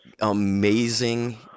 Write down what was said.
amazing